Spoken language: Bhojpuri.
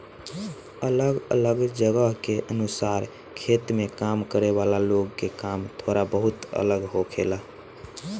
अलग अलग जगह के अनुसार खेत में काम करे वाला लोग के काम थोड़ा बहुत अलग होखेला